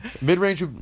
Mid-range